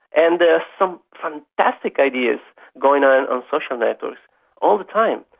and there's some fantastic ideas going on on social networks all the time,